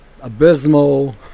abysmal